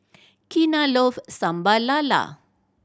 Kenna love Sambal Lala